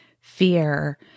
fear